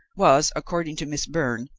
was, according to miss byrne,